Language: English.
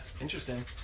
interesting